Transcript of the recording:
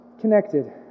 connected